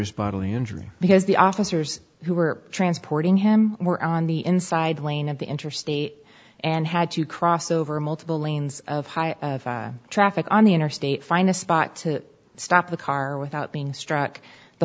serious bodily injury because the officers who were transporting him were on the inside lane of the interstate and had to cross over multiple lanes of high traffic on the interstate find a spot to stop the car without being struck the